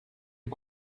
est